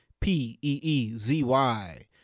P-E-E-Z-Y